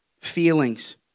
feelings